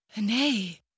Nay